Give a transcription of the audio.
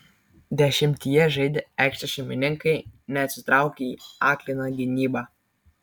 dešimtyje žaidę aikštės šeimininkai neatsitraukė į akliną gynybą